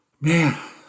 Man